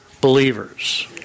believers